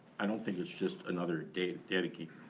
i don't think it's just another data data geek,